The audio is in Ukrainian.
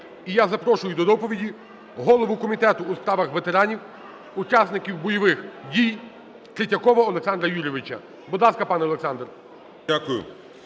І я запрошую до доповіді голову Комітету у справах ветеранів, учасників бойових дій Третьякова Олександра Юрійовича. Будь ласка, пане Олександр.